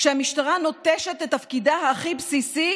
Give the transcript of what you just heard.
כשהמשטרה נוטשת את תפקידה הכי בסיסי,